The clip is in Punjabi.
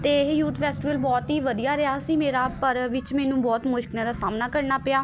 ਅਤੇ ਇਹ ਯੂਥ ਫੈਸਟੀਵਲ ਬਹੁਤ ਹੀ ਵਧੀਆ ਰਿਹਾ ਸੀ ਮੇਰਾ ਪਰ ਵਿੱਚ ਮੈਨੂੰ ਬਹੁਤ ਮੁਸ਼ਕਿਲਾਂ ਦਾ ਸਾਹਮਣਾ ਕਰਨਾ ਪਿਆ